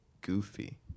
goofy